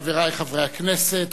חברי חברי הכנסת,